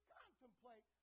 contemplate